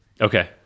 okay